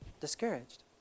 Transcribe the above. discouraged